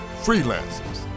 freelancers